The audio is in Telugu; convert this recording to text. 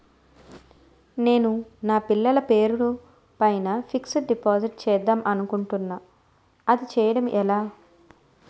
నేను నా పిల్లల పేరు పైన ఫిక్సడ్ డిపాజిట్ చేద్దాం అనుకుంటున్నా అది చేయడం ఎలా?